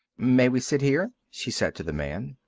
may we sit here? she said to the man.